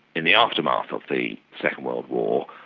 in the aftermath of the second world war,